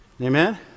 Amen